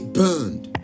burned